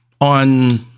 On